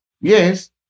Yes